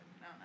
No